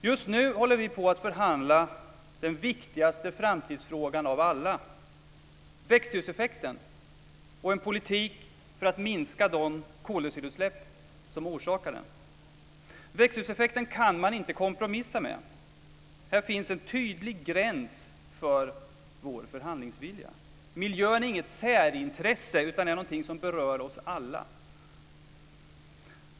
Just nu håller vi på att förhandla om den viktigaste framtidsfrågan av alla, nämligen växthuseffekten och en politik för att minska de koldioxidutsläpp som orsakar den. Man kan inte kompromissa med växthuseffekten. Här finns en tydlig gräns för vår förhandlingsvilja. Miljön är inget särintresse, utan det är någonting som berör oss alla.